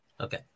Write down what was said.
Okay